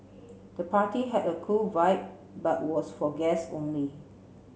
the party had a cool vibe but was for guests only